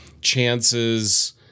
chances